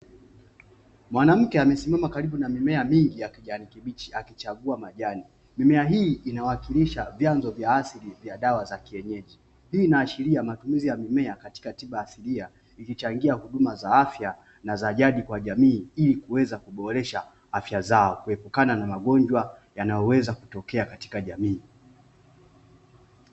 Mwanamke amesimama karibu na mimea mingi ya kijani kibichi akichagua majani. Mimea hii inawakilisha vyanzo vya asili vya dawa za kienyeji. Hii inaashiria matumizi ya mimea katika tiba asilia, ikichangia huduma za afya na za jadi kwa jamii ili kuweza kuboresha afya zao kuweza kuepukana na magonjwa yanayoweza kutokea katika jamii.